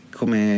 come